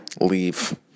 Leave